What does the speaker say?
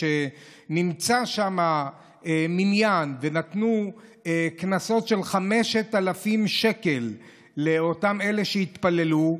שנמצא שם מניין נתנו קנסות של 5,000 שקל לאלה שהתפללו,